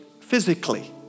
physically